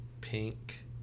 pink